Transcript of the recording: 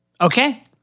Okay